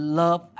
love